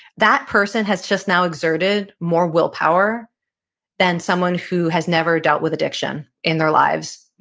that person has just now exerted more willpower than someone who has never dealt with addiction in their lives.